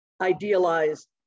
idealized